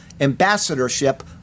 ambassadorship